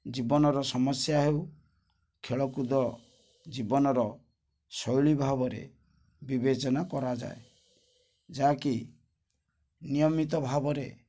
ଜୀବନର ସମସ୍ୟା ହେଉ ଖେଳକୁଦ ଜୀବନର ଶୈଳୀ ଭାବରେ ବିବେଚନା କରାଯାଏ ଯାହାକି ନିୟମିତ ଭାବରେ